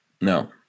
No